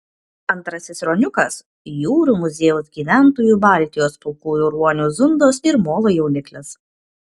antrasis ruoniukas jūrų muziejaus gyventojų baltijos pilkųjų ruonių zundos ir molo jauniklis